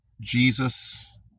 Jesus